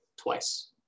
twice